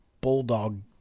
Bulldog